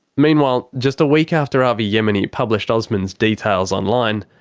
meanwhile, just a week after avi yemeni published osman's details online,